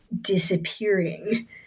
disappearing